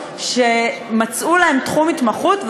שמצאו להן תחום התמחות,